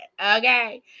Okay